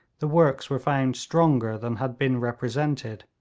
the works were found stronger than had been represented,